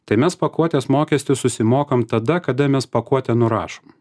tai mes pakuotės mokestį susimokam tada kada mes pakuotę nurašom